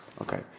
Okay